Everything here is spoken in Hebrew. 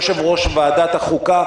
יושב-ראש ועדת החוקה,